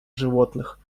животных